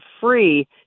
free